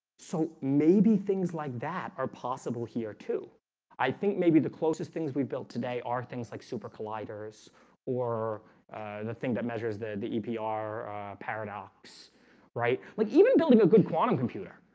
so maybe things like that are possible here to i think maybe the closest things we've built today are things like super colliders or the thing that measures the the epr paradox right, like even building a good quantum computer.